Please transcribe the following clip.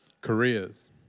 careers